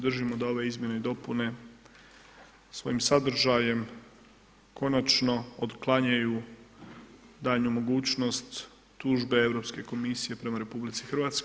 Držimo da ove izmjene i dopune svojim sadržajem konačno otklanjaju daljnju mogućnost tužbe Europske komisije prema RH.